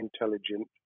intelligent